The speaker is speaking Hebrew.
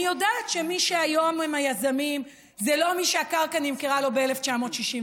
אני יודעת שמי שהיום הם היזמים הם לא מי שהקרקע נמכרה לו ב-1961.